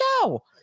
show